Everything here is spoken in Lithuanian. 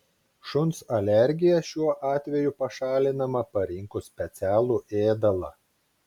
šuns alergija šiuo atveju pašalinama parinkus specialų ėdalą